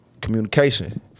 communication